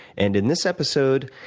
and in this episode,